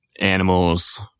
animals